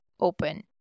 open